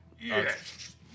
Yes